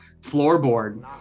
floorboard